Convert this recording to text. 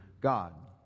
God